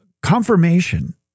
confirmation